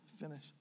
finish